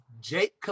Jake